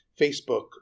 Facebook